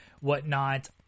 whatnot